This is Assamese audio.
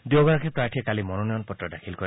দুয়োগৰাকী প্ৰাৰ্থীয়ে কালি মনোনয়ন পত্ৰ দাখিল কৰে